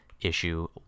issue